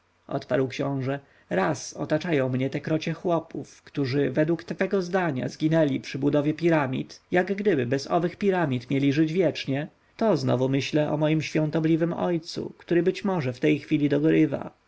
odparł książę raz otaczają mnie te krocie chłopów którzy według twego zdania zginęli przy budowie piramid jakgdyby bez owych piramid mieli żyć wiecznie to znowu myślę o moim świątobliwym ojcu który może w tej chwili dogorywa